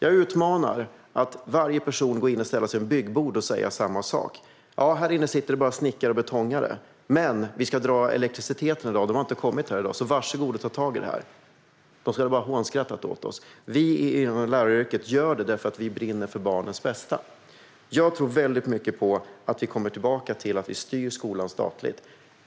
Jag utmanar varje person att gå in i en byggbod och säga samma sak: "Här inne sitter bara snickare och betongare, men vi ska dra elektriciteten i dag. Elektrikerna har inte kommit, så var så goda och ta tag i det här!" De skulle bara ha hånskrattat åt oss. Vi inom läraryrket gör det därför att vi brinner för barnens bästa. Jag tror väldigt mycket på att komma tillbaka till att vi styr skolan statligt.